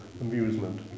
amusement